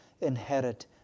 inherit